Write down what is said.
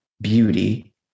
beauty